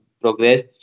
progress